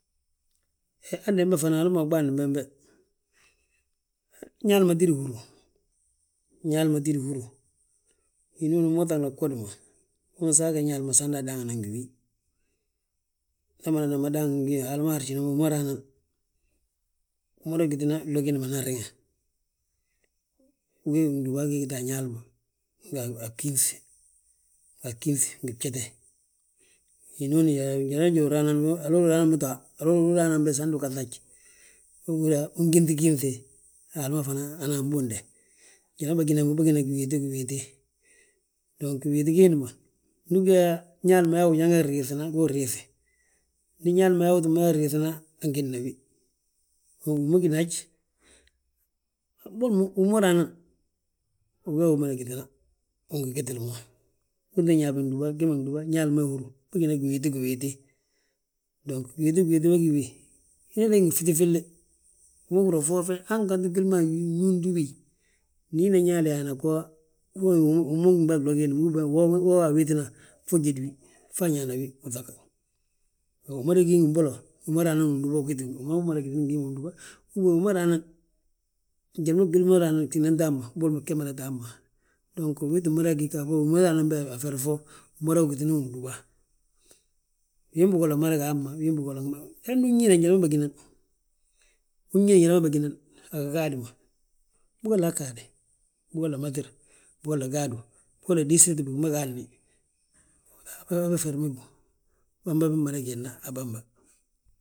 He, handembe fana, hala ma uɓaandim bembe. Ñaali ma tídi húru, Ñaali ma tídi húru, hinooni wi ma uŧagna a bgodi ma, unsaage Ñaali ma samda adaangina ngi wi, amadana daangi ngi wi Haala ma harjin mo wi ma raa nan. Umada gitina glo giindi ma nan riŋe, we windúba we gíta a Ñaali ma, nga a gíŧ, a gíŧ ngi bjete. Hinooni njaloo njali raa nan, haloo raa nan bi to ha, haloolo wili raa nan be samindu ugaŧa haj, so uhúra ungínŧi gínŧe Haala ma fana anan bunde. Njali ma bâgina bo, bâgina, giwiiti giwiiti, dong giwiiti giindi ma, ndu ugí yaa Ñaali ma yaa ujanga griiŧina, gu unriiŧi. Ndi Ñaali ma yaa uu tti mada griiŧina, angédna wi, wo wi ma gínaaj. Boli mo wi ma raa nan, ugee wi mada gitina, win gi gitili mo, wee tan nyaa be gdúba, gee ma gdúba Ñaali ma hi húru. Bâgina giwiiti giwiiti, dong giwiiti giwiiti we gí wi? Hinooni he gí ngi ffiti filli, wi ma húri yaa foo fe hanganti gwili ma nñuw ndi wi. Ndi hina Ñaali he yaana go, hú ma wi ma gimbe a glo giindi ma, hú woo wa awitina fo ujédi wi, fo añaana wi uŧag. Wi mada gí mbolo, wi ma raa nan undúba, ugiti wi, wi ma umada ngiti ngi hí ma gdúba. Uben wi ma raa nan, njali ma gwili ma raa nan, gina ta hamma boli mo gee mada ta hamma. Dong wii tti mada gí gafogo wi ma raa nan be a feri fo, umada wi gitini undúba. Win bigolla mada ga hamma, win bigolla, hande unñíne njali ma bâgi nan, unyaaye njali ma bâgi nan, a gigaadi ma. Bigolla gaade, bigolla matir, bigolla gaadu, bigolla disrit bigi ma gaadni habe feri ma gíw, bamba mada gédna a bamba.